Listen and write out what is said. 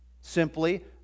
simply